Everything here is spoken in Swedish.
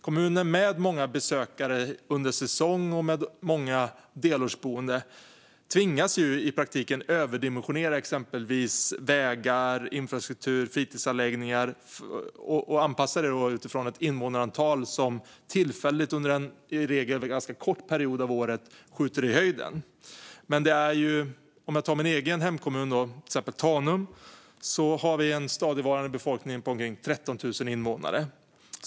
Kommuner med många besökare under säsong och med många delårsboende tvingas i praktiken överdimensionera exempelvis vägar, infrastruktur och fritidsanläggningar och anpassa dem utifrån ett invånarantal som tillfälligt, i regel under en kort period av året, skjuter i höjden. Låt mig nämna min egen hemkommun Tanum. Vi har en stadigvarande befolkning på omkring 13 000 invånare.